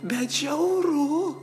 bet žiauru